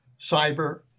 cyber